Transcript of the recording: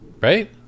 right